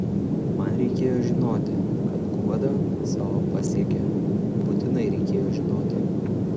man reikėjo žinoti kad guoda savo pasiekė būtinai reikėjo žinoti